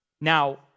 Now